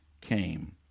came